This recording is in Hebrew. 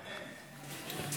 אני.